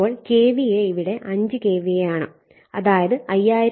അപ്പോൾ KVA ഇവിടെ 5 KVA ആണ് അതായത് 5000 വോൾട്ട് ആംപിയർ